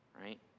right